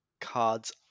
cards